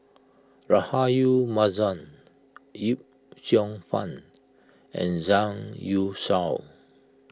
Rahayu Mahzam Yip Cheong Fun and Zhang Youshuo